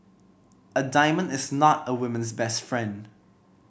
a diamond is not a woman's best friend